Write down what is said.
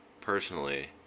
personally